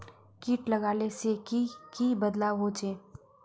किट लगाले से की की बदलाव होचए?